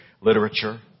literature